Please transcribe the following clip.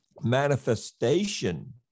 manifestation